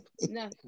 No